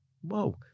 Whoa